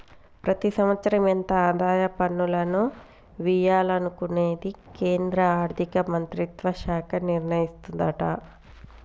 ప్రతి సంవత్సరం ఎంత ఆదాయ పన్నులను వియ్యాలనుకునేది కేంద్రా ఆర్థిక మంత్రిత్వ శాఖ నిర్ణయిస్తదట